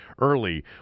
early